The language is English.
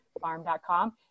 farm.com